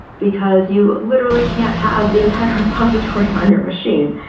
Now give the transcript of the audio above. because you literally can't have the entire repository on your machine.